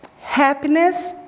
Happiness